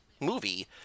movie